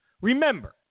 remember